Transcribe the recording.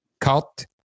cut